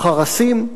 חרסים,